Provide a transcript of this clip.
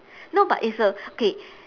no but it's a okay